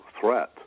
threat